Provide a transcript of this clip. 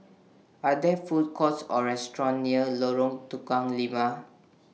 Are There Food Courts Or restaurants near Lorong Tukang Lima